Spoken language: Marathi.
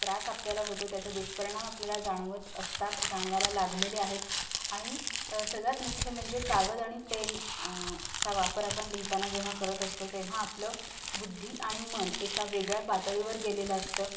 त्रास आपल्याला होतो त्याचे दुष्परिणाम आपल्याला जाणवत असतात जाणवायला लागलेले आहेत आणि सगळ्यात मुख्य म्हणजे कागद आणि पेन चा वापर आपण लिहिताना जेव्हा करत असतो तेव्हा आपलं बुद्धी आणि मन एका वेगळ्या पातळीवर गेलेलं असतं